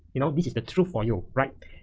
you know this is the truth for you, right?